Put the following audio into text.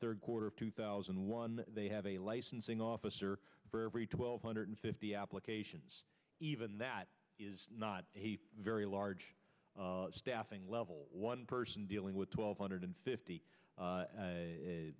third quarter of two thousand and one they have a licensing officer for every twelve hundred fifty applications even that is not a very large staffing level one person dealing with twelve hundred fifty